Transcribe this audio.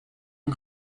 und